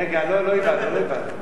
רגע, לא הבנתי, לא הבנתי.